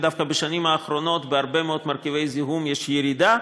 ודווקא בשנים האחרונות בהרבה מאוד מרכיבי זיהום יש ירידה.